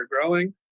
growing